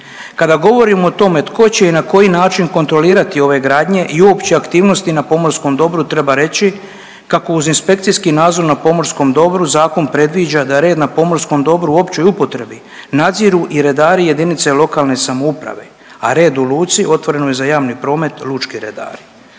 Kada govorimo o tome tko će i na koji način kontrolirati ove gradnje i uopće aktivnosti na pomorskom dobru treba reći kako uz inspekcijski nadzor na pomorskom dobru zakon predviđa da je red na pomorskom dobru u općoj upotrebi nadziru i redari jedinice lokalne samouprave, a rad u luci otvorenoj za javni promet lučki redari.